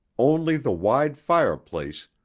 only the wide fireplace,